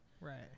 Right